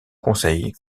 conseil